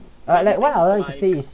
uh like what I want you to say is